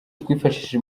twifashishije